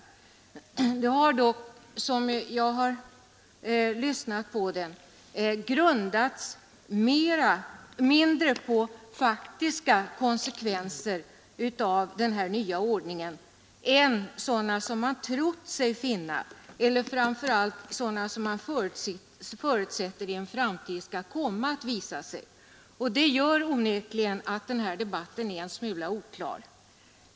Debatten har dock, som jag har uppfattat den, grundats mindre på faktiska konsekvenser av den nya ordningen än på sådana som man trott sig finna eller framför allt förutsatt skall komma att visa sig i framtiden. Det gör onekligen att den här debatten blir en smula oklar.